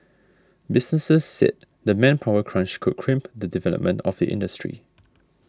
businesses said the manpower crunch could crimp the development of the industry